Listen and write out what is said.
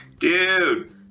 Dude